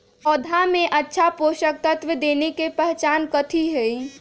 पौधा में अच्छा पोषक तत्व देवे के पहचान कथी हई?